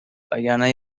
وگرنه